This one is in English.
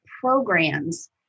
programs